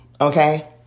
okay